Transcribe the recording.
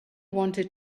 wanted